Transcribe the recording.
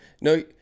No